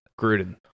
gruden